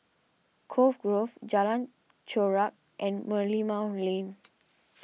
Cove Grove Jalan Chorak and Merlimau Lane